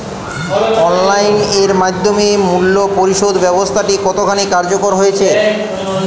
Online এর মাধ্যমে মূল্য পরিশোধ ব্যাবস্থাটি কতখানি কার্যকর হয়েচে?